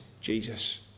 Jesus